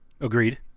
Agreed